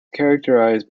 characterized